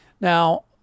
Now